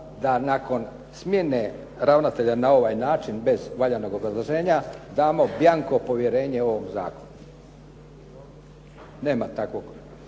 da nakon smjene ravnatelja na ovaj način bez valjanog obrazloženja damo bianco povjerenje ovom zakonu, nema takvog